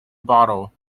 bottle